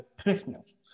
Christmas